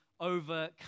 overcome